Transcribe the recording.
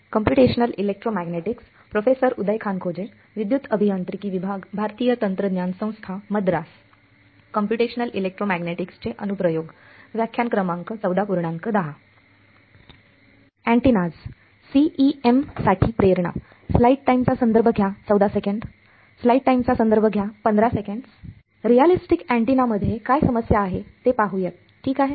realistic antenna मध्ये काय समस्या आहे ते पाहूया ठीक आहे